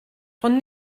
von